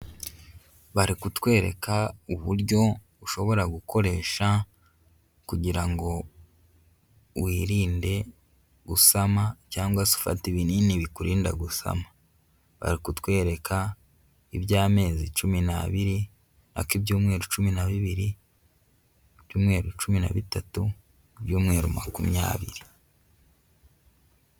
Bari kutwereka uburyo ushobora gukoresha kugirango wirinde gusama, cyangwa ufata ibinini bikurinda gusama. Bari kutwereka iby'amezi cumi n'abiri ,nako ibyumweru cumi na bibiri, ibyumweru cumi na bitatu, ibyumweru makumyabiri.